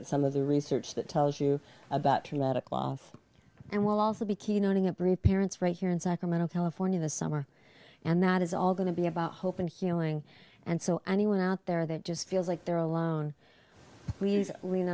at some of the research that tells you about traumatic and will also be keynoting approved parents right here in sacramento california this summer and that is all going to be about hope and healing and so anyone out there that just feels like they're alone please rea